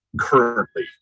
currently